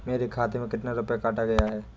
मेरे खाते से कितना रुपया काटा गया है?